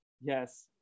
Yes